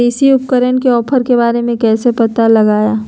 कृषि उपकरण के ऑफर के बारे में कैसे पता चलतय?